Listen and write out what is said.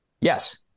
Yes